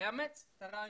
לאמץ את הרעיון.